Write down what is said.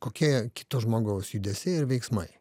kokie kito žmogaus judesiai ir veiksmai